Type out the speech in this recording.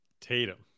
Tatum